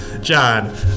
John